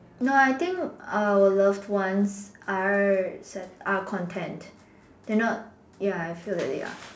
no I think our love ones are san~ are content they are not ya I feel that they are